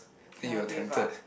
then you were tempted